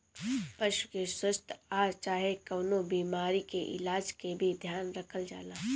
पशु के स्वास्थ आ चाहे कवनो बीमारी के इलाज के भी ध्यान रखल जाला